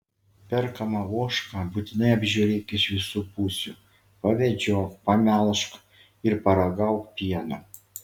perkamą ožką būtinai apžiūrėk iš visų pusių pavedžiok pamelžk ir paragauk pieno